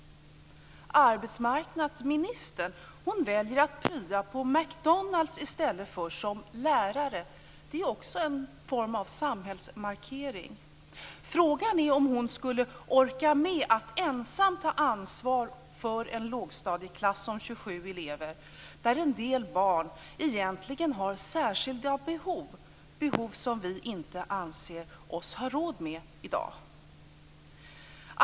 Arbetsmarknadsministern väljer att prya på McDonalds i stället för som lärare. Det är också en form av samhällsmarkering. Frågan är om hon skulle orka med att ensam ta ansvar för en lågstadieklass om 27 elever, där en del barn egentligen har särskilda behov, behov som vi inte anser oss ha råd med i dag.